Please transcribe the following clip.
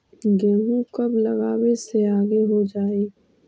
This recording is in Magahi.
गेहूं कब लगावे से आगे हो जाई?